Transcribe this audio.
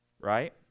Right